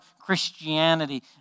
Christianity